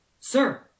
Sir